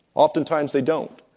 oftentimes they don't.